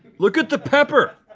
look at the pepper!